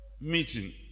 meeting